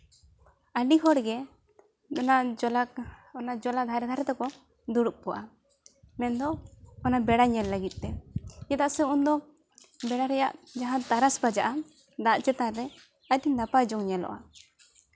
ᱟᱹᱰᱤ ᱦᱚᱲᱜᱮ ᱚᱱᱟ ᱡᱚᱞᱟ ᱚᱱᱟ ᱡᱚᱞᱟ ᱫᱷᱟᱨᱮ ᱫᱷᱟᱨᱮ ᱛᱮᱠᱚ ᱫᱩᱲᱩᱵ ᱠᱚᱜᱼᱟ ᱢᱮᱱᱫᱚ ᱚᱱᱟ ᱵᱮᱲᱟ ᱧᱮᱞ ᱞᱟᱹᱜᱤᱫ ᱛᱮ ᱪᱮᱫᱟᱜ ᱥᱮ ᱩᱱᱫᱚ ᱵᱮᱲᱟ ᱨᱮᱭᱟᱜ ᱡᱟᱦᱟᱸ ᱛᱟᱨᱟᱥ ᱵᱟᱡᱟᱜᱼᱟ ᱫᱟᱜ ᱪᱮᱛᱟᱱᱨᱮ ᱟᱹᱰᱤ ᱱᱟᱯᱟᱭ ᱡᱚᱝ ᱧᱮᱞᱚᱜᱼᱟ